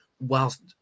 whilst